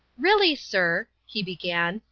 really, sir, he began,